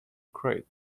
crate